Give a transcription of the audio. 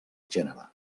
gènere